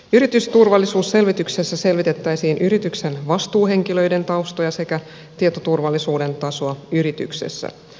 yritysturvallisuusselvityksessä selvitettäisiin yrityksen vastuuhenkilöiden taustoja sekä tietoturvallisuuden tasoa yrityksessä